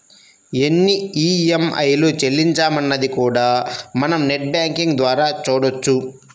ఎన్ని ఈఎంఐలు చెల్లించామన్నది కూడా మనం నెట్ బ్యేంకింగ్ ద్వారా చూడొచ్చు